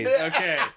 Okay